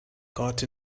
caught